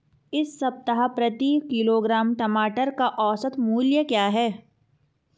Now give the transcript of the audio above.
इस सप्ताह प्रति किलोग्राम टमाटर का औसत मूल्य क्या है?